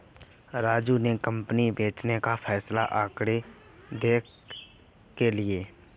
राजू ने कंपनी बेचने का फैसला आंकड़े देख के लिए